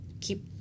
keep